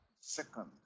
second